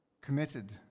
committed